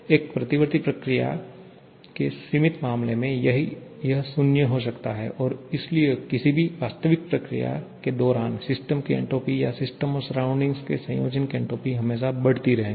एक प्रतिवर्ती प्रक्रिया के सीमित मामले में यह 0 हो सकता है और इसलिए किसी भी वास्तविक प्रक्रिया के दौरान सिस्टम की एन्ट्रापी या सिस्टम और सराउंडिंग के संयोजन की एन्ट्रोपी हमेशा बढती रहेंगी